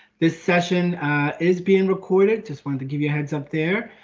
this session is being recorded. just wanted to give you a heads up there.